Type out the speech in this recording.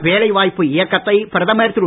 வேலை வாய்ப்பு இயக்கத்தை பிரதமர் திரு